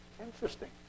Interesting